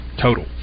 Total